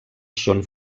són